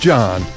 John